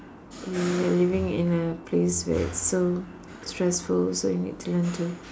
we are living in a place where it's so stressful so you need to learn to